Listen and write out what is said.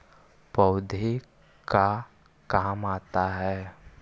पौधे का काम आता है?